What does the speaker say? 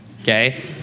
okay